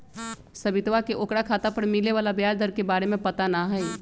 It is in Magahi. सवितवा के ओकरा खाता पर मिले वाला ब्याज दर के बारे में पता ना हई